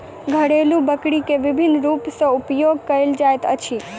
घरेलु बकरी के विभिन्न रूप सॅ उपयोग कयल जाइत अछि